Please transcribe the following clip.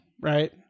right